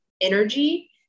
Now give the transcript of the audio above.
energy